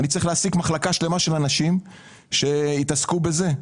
אני צריך להעסיק מחלקה שלמה של אנשים שיתעסקו רק בזה.